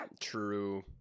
True